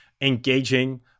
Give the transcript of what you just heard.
engaging